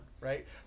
right